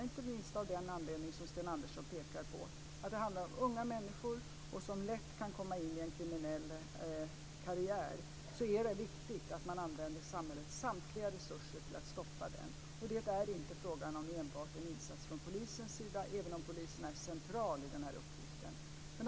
Inte minst av den anledning som Sten Andersson pekar på, alltså att det handlar om unga människor som lätt kan komma in i en kriminell karriär, är det viktigt att man använder samhällets alla resurser för att sätta stopp. Det är inte enbart fråga om en insats från polisens sida, även om polisen är central i den här uppgiften.